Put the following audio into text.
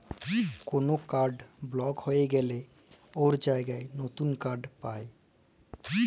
call কাড় বলক হঁয়ে গ্যালে উয়ার জায়গায় লতুল কাড় পায়